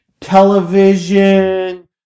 television